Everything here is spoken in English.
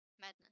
madness